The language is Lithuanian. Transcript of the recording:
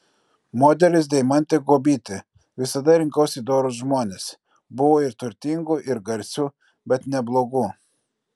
modelis deimantė guobytė visada rinkausi dorus žmones buvo ir turtingų ir garsių bet ne blogų